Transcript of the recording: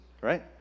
right